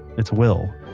it's will